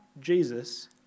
Jesus